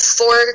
four